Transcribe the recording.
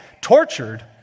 Tortured